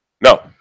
No